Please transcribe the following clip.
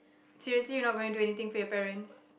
seriously you're not going to do anything for your parents